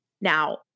Now